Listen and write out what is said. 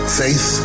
faith